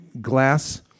glass